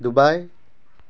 Dubai